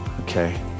Okay